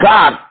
God